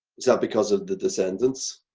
is that because of the descendants?